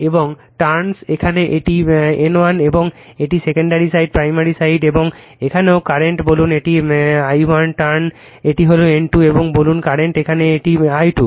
এবং ট্রান্স এখানে এটি N1 এবং এটি secondary side primary secondary side এবং এখানেও কারেন্ট বলুন এটি I1 টার্ণ এটি হল N2 এবং বলুন কারেন্ট এখানে এটি I2